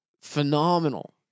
phenomenal